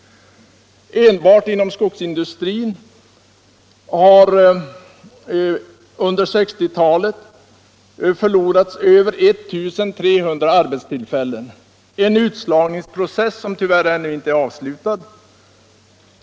Enbart inom skogsindustrin har under 1960-talet förlorats över 1 300 arbetstillfällen, en utslagningsprocess som tyvärr ännu inte är avslutad.